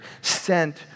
sent